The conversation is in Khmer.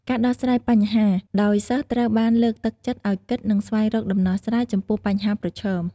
ការរដោះស្រាយបញ្ហា ដោយសិស្សត្រូវបានលើកទឹកចិត្តឱ្យគិត និងស្វែងរកដំណោះស្រាយចំពោះបញ្ហាប្រឈម។